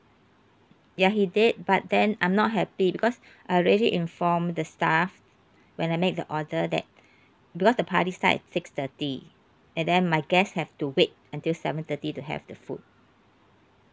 ya he did but then I'm not happy because I already informed the staff when I made the order that because the party start at six thirty and then my guests have to wait until seven thirty to have the food